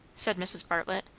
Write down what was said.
said mrs. bartlett.